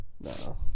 No